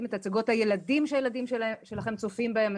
שמציגים בהצגות שהילדים שלכם צופים בהם.